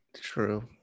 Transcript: True